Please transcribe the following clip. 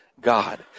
God